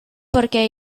perquè